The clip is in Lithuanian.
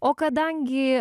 o kadangi